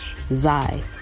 Zai